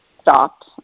stopped